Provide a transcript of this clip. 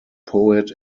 poet